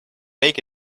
make